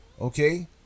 Okay